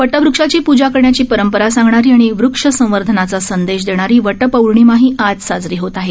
वटवृक्षाची पूजा करण्याची परंपरा सांगणारी आणि वृक्ष संवर्धनाचा संदेश देणारी वटपौर्णिमाही आज साजरी होत आहे